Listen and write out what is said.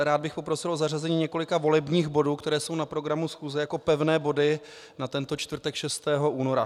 Rád bych poprosil o zařazení několika volebních bodů, které jsou na programu schůze, jako pevných bodů na tento čtvrtek 6. února.